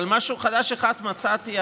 אבל משהו חדש אחד מצאתי.